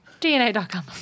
DNA.com